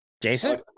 Jason